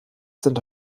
sind